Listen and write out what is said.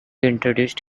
introduced